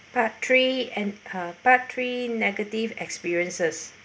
part three and uh part three negative experiences